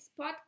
Podcast